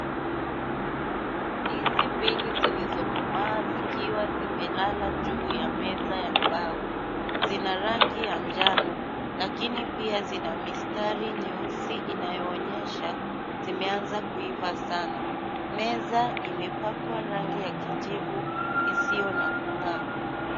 Ndizi mbili zilizokomaa zikiwa zimelala juu ya meza ya mbao. Zina rangi ya njano, lakini pia zina mistari nyeusi inayoonyesha zimeanza kuiva sana. Meza imepakwa rangi ya kijivu isiyo na kung'aa.